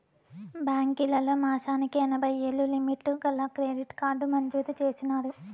బాంకీలోల్లు మాసానికి ఎనభైయ్యేలు లిమిటు గల క్రెడిట్ కార్డు మంజూరు చేసినారు